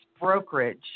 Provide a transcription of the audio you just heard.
brokerage